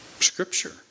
scripture